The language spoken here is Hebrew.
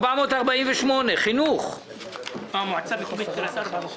בעד רוב נגד נמנעים פנייה מס' 445 אושרה.